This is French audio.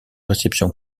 réception